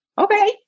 Okay